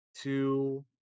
two